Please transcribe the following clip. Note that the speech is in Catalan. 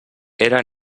era